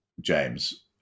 James